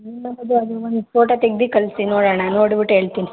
ನಿಮ್ಮ ಮನೆದು ಅದು ಒಂದು ಫೋಟೋ ತೆಗ್ದು ಕಳಿಸಿ ನೋಡೋಣ ನೋಡ್ಬಿಟ್ ಹೇಳ್ತಿನಿ